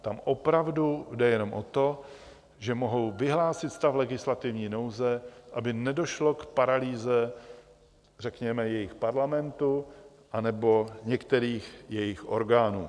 Tam opravdu jde jenom o to, že mohou vyhlásit stav legislativní nouze, aby nedošlo k paralýze, řekněme, jejich parlamentu anebo některých jejich orgánů.